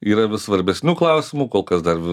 yra vis svarbesnių klausimų kol kas dar